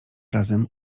razem